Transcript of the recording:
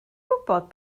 gwybod